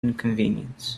inconvenience